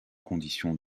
conditions